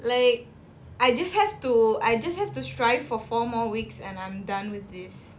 like I just have to I just have to strive for four more weeks and I'm done with this